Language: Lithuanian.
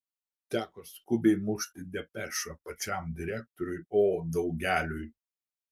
teko skubiai mušti depešą pačiam direktoriui o daugeliui